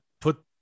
put